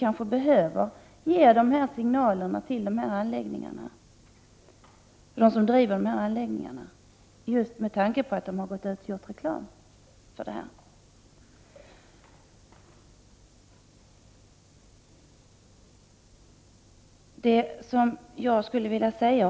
Det behöver kanske ges signaler till dem som driver dessa anläggningar just med tanke på att de har gått ut och gjort reklam för detta.